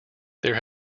there